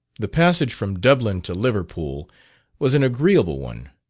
the passage from dublin to liverpool was an agreeable one.